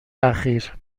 اخیر